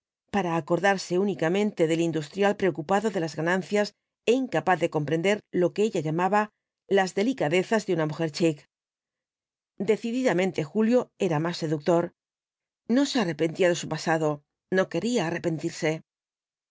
para acordarse únicamente del industrial preocupado de las ganancias é incapaz de comprender lo que ella llamaba las delicadezas de una mujer chic decididamente julio era más seductor no se arrepentía de su pasado no quería arrepentirse